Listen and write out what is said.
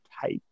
type